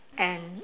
and